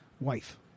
Wife